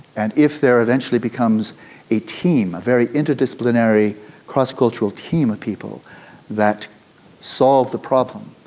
and if there eventually becomes a team, a very interdisciplinary cross-cultural team of people that solve the problem,